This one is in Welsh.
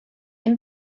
dim